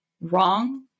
wrong